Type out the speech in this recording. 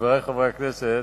חברי חברי הכנסת,